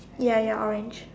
ya ya orange